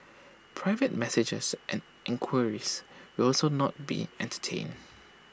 private messages and enquiries will also not be entertained